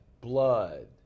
Blood